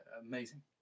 amazing